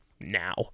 now